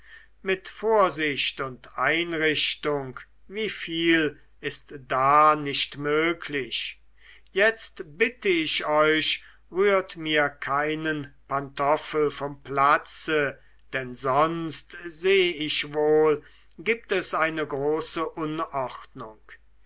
mit vorsicht und einrichtung wie viel ist da nicht möglich jetzt bitte ich euch rührt mir keinen pantoffel vom platze denn sonst seh ich wohl gibt es eine große unordnung